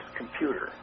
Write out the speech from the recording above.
computer